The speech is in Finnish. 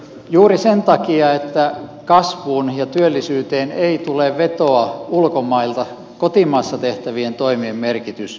juuri sen takia että kasvuun ja työllisyyteen ei tule vetoa ulkomailta kotimaassa tehtävien toimien merkitys korostuu